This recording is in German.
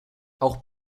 auch